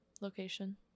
location